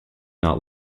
not